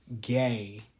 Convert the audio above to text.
gay